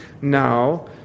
now